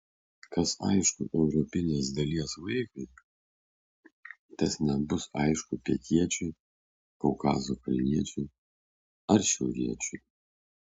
kas aišku europinės dalies vaikui tas nebus aišku pietiečiui kaukazo kalniečiui ar šiauriečiui